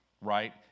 right